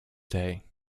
day